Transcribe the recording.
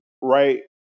right